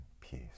peace